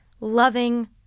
loving